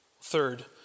Third